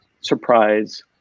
surprise